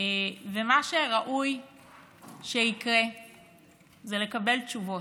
ומה שראוי שיקרה זה לקבל תשובות,